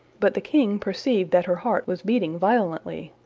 but the king perceived that her heart was beating violently,